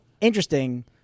interesting